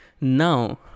Now